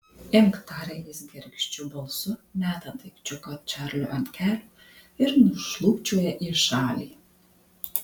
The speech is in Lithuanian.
imk taria jis gergždžiu balsu meta daikčiuką čarliui ant kelių ir nušlubčioja į šalį